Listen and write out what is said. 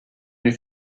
lui